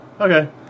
Okay